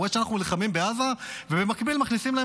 הוא רואה שאנחנו נלחמים בעזה ובמקביל מכניסים להם